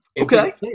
Okay